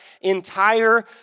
entire